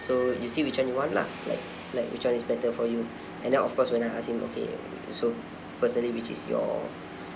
so you see which one you want lah like like which one is better for you and then of course when I ask him okay so personally which is your